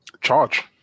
Charge